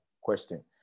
question